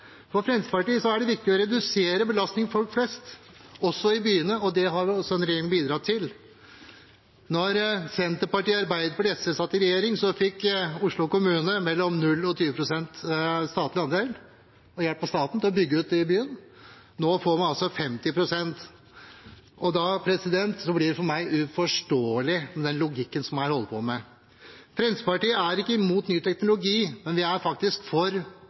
For Fremskrittspartiet er det viktig å redusere belastningen for folk flest, også i byene, og det har denne regjeringen bidratt til. Da Senterpartiet, Arbeiderpartiet og SV satt i regjering, fikk Oslo kommune mellom 0 og 20 pst. statlig andel – hjelp av staten – til å bygge ut i byen. Nå får man 50 pst. Da blir det for meg uforståelig, den logikken man har. Fremskrittspartiet er ikke imot ny teknologi, men vi er for